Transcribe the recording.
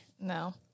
No